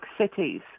cities